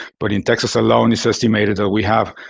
but in texas alone, it's estimated that we have